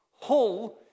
Hull